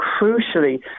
crucially